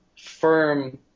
firm